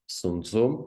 sun tzu